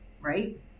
Right